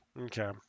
Okay